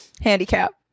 handicap